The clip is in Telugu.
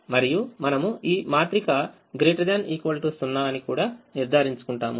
మరియు మనము ఈ మాత్రిక ≥ 0 అని కూడా నిర్ధారించుకుంటాము